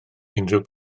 unrhyw